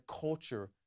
culture